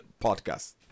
Podcast